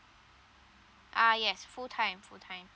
uh yes full time full time